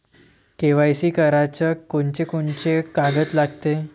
KYC कराच कोनचे कोनचे कागद लागते?